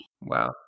Wow